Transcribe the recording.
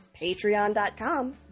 patreon.com